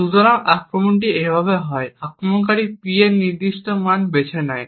সুতরাং আক্রমণটি এভাবে হয় আক্রমণকারী P এর একটি নির্দিষ্ট মান বেছে নেয়